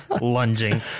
lunging